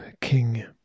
King